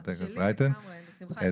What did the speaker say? שלי לגמרי, בשמחה.